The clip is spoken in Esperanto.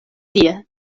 tie